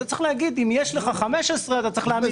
אתה צריך להגיד אם יש לך 15 אתה צריך להעמיד